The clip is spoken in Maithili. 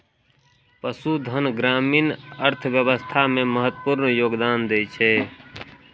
पशुधन ग्रामीण अर्थव्यवस्था मे महत्वपूर्ण योगदान दै छै